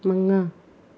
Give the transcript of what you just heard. ꯃꯉꯥ